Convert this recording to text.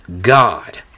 God